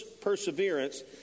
perseverance